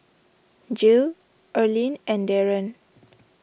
Jill Erlene and Daron